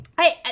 hey